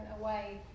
away